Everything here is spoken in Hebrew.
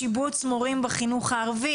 שיבוץ מורים ערבים בחינוך הערבי.